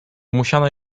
musiano